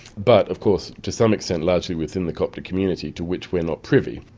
but of course, to some extent largely within the coptic community to which we're not privy.